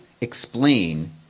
explain